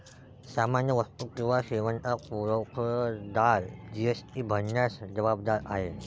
सामान्य वस्तू किंवा सेवांचा पुरवठादार जी.एस.टी भरण्यास जबाबदार आहे